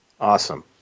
Awesome